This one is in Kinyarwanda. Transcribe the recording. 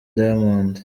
diamond